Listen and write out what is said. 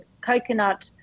coconut